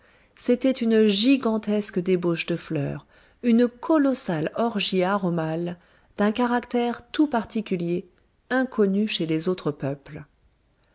c'était une gigantesque débauche de fleurs une colossale orgie aromale d'un caractère tout particulier inconnu chez les autres peuples